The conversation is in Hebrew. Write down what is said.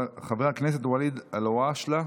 חבר הכנסת ואליד אלהואשלה,